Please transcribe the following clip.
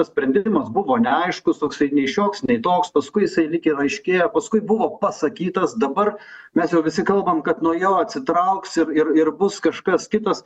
tas sprendimas buvo neaiškus toksai nei šioks nei toks paskui jisai lyg ir aiškėjo paskui buvo pasakytas dabar mes jau visi kalbame kad nuo jo atsitrauksim ir ir bus kažkas kitas